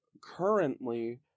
currently